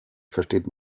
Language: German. versteht